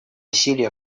усилия